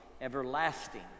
everlasting